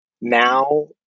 now